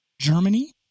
Germany